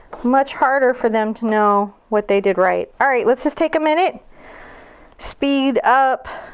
much harder for them to know what they did right. alright, let's just take a minute speed up.